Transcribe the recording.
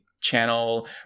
channel